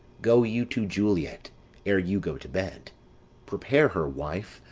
go you to juliet ere you go to bed prepare her, wife,